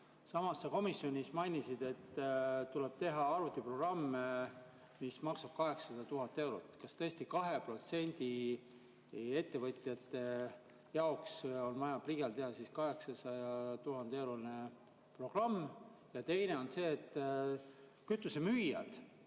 Samas sa komisjonis mainisid, et tuleb teha arvutiprogramm, mis maksab 800 000 eurot. Kas tõesti 2% ettevõtjate jaoks on vaja PRIA-l teha 800 000 eurot maksev programm? Ja teine on see, et kütusemüüjad,